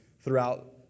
throughout